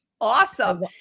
Awesome